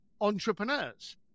entrepreneurs